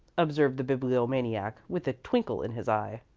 observed the bibliomaniac, with a twinkle in his eye.